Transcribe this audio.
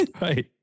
Right